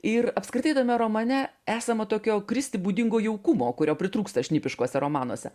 ir apskritai tame romane esama tokio kristi būdingo jaukumo kurio pritrūksta šnipiškuose romanuose